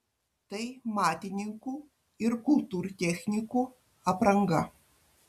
tai matininkų ir kultūrtechnikų apranga